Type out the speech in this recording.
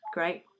Great